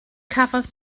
cafodd